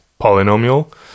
polynomial